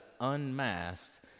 unmasked